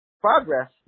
progress